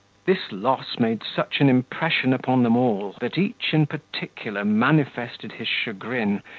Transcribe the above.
this loss made such an impression upon them all, that each in particular manifested his chagrin,